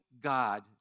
God